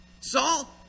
Saul